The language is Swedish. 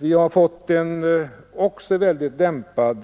Vi har också fått en väldigt dämpad